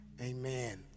Amen